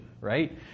right